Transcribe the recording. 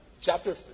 chapter